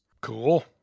cool